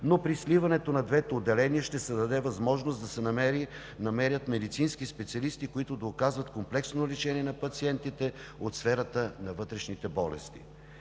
но при сливането на двете отделения ще се даде възможност да се намерят медицински специалисти, които да оказват комплексно лечение на пациенти от сферата на вътрешните болести.